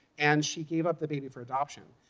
and she gave up the baby for adoption.